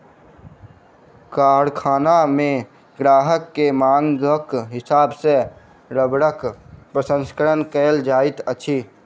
कारखाना मे ग्राहक के मांगक हिसाब सॅ रबड़क प्रसंस्करण कयल जाइत अछि